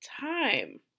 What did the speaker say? time